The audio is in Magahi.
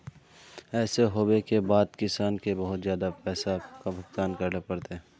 ऐसे होबे के बाद किसान के बहुत ज्यादा पैसा का भुगतान करले है?